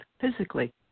physically